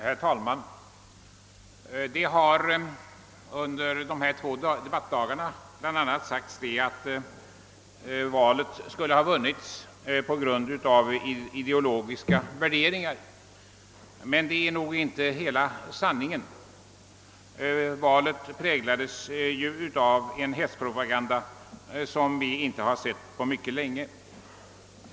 Herr talman! Det har under de här två debattdagarna sagts, att socialdemokraterna skulle ha vunnit valet på grund av ideologiska värderingar. Det är nog inte hela sanningen. Valet präglades av en hetspropaganda, vars like vi inte sett på mycket länge.